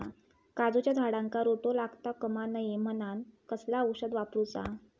काजूच्या झाडांका रोटो लागता कमा नये म्हनान कसला औषध वापरूचा?